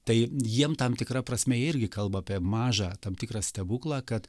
tai jiem tam tikra prasme irgi kalba apie mažą tam tikrą stebuklą kad